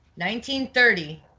1930